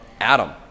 Adam